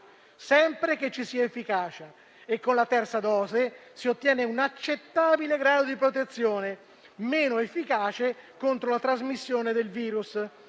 sempre che ci sia efficacia, e che con la terza dose si ottiene un accettabile grado di protezione, meno efficace contro la trasmissione del virus.